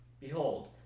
Behold